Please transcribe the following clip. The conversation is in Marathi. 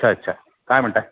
अच्छा अच्छा काय म्हणताय